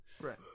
right